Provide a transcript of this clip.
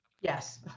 Yes